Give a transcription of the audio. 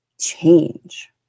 change